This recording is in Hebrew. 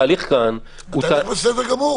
התהליך בסדר גמור.